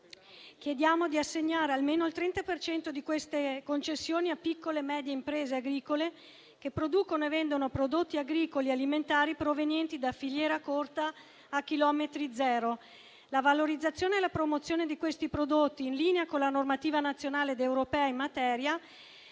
chiediamo di assegnare almeno il 30 per cento di queste concessioni a piccole e medie imprese agricole che producono e vendono prodotti agricoli alimentari provenienti da filiera corta a chilometri zero. La valorizzazione e la promozione di questi prodotti, in linea con la normativa nazionale ed europea in materia,